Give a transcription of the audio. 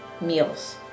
meals